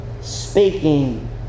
speaking